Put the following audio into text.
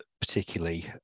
particularly